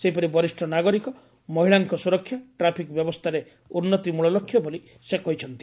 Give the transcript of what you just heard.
ସେହିପରି ବରିଷ ନାଗରିକ ମହିଳାଙ୍କ ସୁରକ୍ଷା ଟ୍ରାଫିକ୍ ବ୍ୟବସ୍କାରେ ଉନ୍ନତି ମୂଳଲକ୍ଷ୍ୟ ବୋଲି ସେ କହିଛନ୍ତି